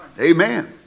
Amen